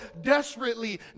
desperately